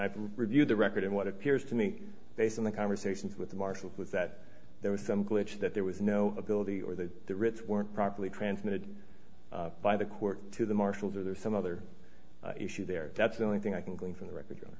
i've reviewed the record in what appears to me based on the conversations with the marshal was that there was some glitch that there was no ability or the rich weren't properly transmitted by the court to the marshals or some other issue there that's the only thing i can glean from the record